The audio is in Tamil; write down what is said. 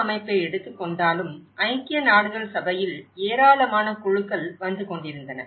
அமைப்பை எடுத்துக் கொண்டாலும் ஐக்கிய நாடுகள் சபையில் ஏராளமான குழுக்கள் வந்து கொண்டிருந்தன